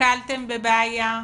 נתקלתם בבעיה?